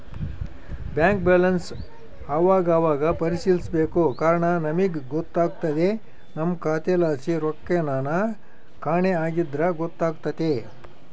bank ಬ್ಯಾಲನ್ಸನ್ ಅವಾಗವಾಗ ಪರಿಶೀಲಿಸ್ಬೇಕು ಕಾರಣ ನಮಿಗ್ ಗೊತ್ತಾಗ್ದೆ ನಮ್ಮ ಖಾತೆಲಾಸಿ ರೊಕ್ಕೆನನ ಕಾಣೆ ಆಗಿದ್ರ ಗೊತ್ತಾತೆತೆ